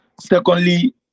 Secondly